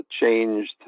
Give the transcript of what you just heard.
changed